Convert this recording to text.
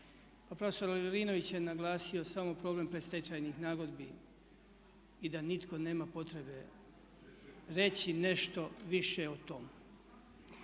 prof. Lovrinović je naglasio samo problem predstečajnih nagodbi i da nitko nema potrebe reći nešto više o tome.